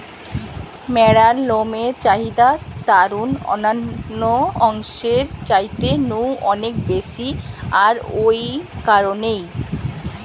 ম্যাড়ার লমের চাহিদা তারুর অন্যান্য অংশের চাইতে নু অনেক বেশি আর ঔ কারণেই